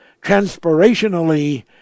transpirationally